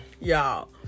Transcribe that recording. y'all